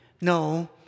no